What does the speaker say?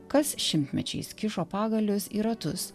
kas šimtmečiais kišo pagalius į ratus